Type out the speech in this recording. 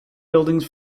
buildings